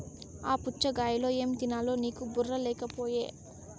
ఆ పుచ్ఛగాయలో ఏం తినాలో నీకు బుర్ర లేకపోయె